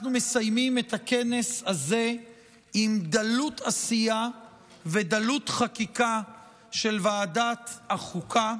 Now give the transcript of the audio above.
אנחנו מסיימים את הכנס הזה עם דלות עשייה ודלות חקיקה של ועדת החוקה,